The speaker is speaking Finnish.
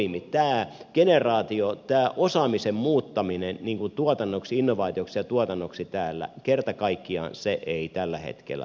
tämä generaatio tämä osaamisen muuttaminen innovaatioksi ja tuotannoksi täällä ei kerta kaikkiaan tällä hetkellä toimi